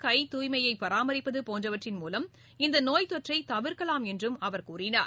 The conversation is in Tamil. கைத்தூய்மையை பராமரிப்பது போன்றவற்றின் மூலம் இந்த நோய்த்தொற்றை தவிர்க்கலாம் என்று அவர் கூறினார்